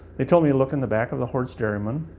he told me, look in the back of the hoard's dairyman.